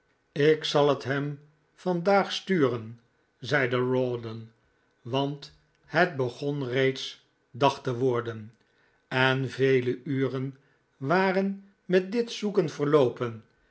ik zal het hem vandaag sturen zeide rawdon want het begem reeds dag te worden en vele uren waren met dit zoeken verloopen